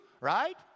right